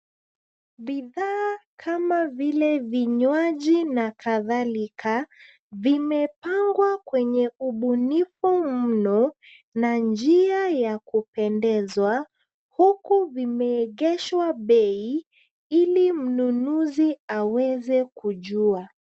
Bidhaa kama vile vinywaji na kadhalika, vimepangwa kwenye ubunifu mno na njia ya kupendezwa huku vimeegeshwa bei ili mnunuzi aweze kujua.